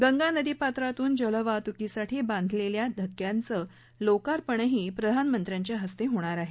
गंगा नदीपात्रातून जलवाहतूकीसाठी बांधलेल्या धक्क्याचं लोकर्पणही प्रधानमंत्र्यांच्या हस्ते होणार आहे